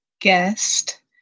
guest